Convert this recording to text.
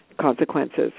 consequences